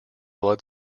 blood